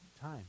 Time